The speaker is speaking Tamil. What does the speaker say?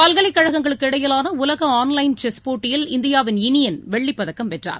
பல்கலைக்கழகங்களுக்கு இடையிலானஆன்லைன் செஸ் போட்டியில் இந்தியாவின் இனியன் வெள்ளிப்பதக்கம் வென்றார்